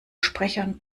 sprechern